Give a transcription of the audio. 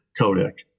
codec